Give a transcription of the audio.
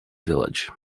village